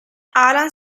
alan